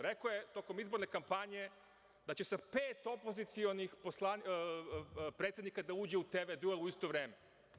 Rekao je tokom izborne kampanje da će sa pet opozicionih predsednika da uđe u TV duel u isto vreme.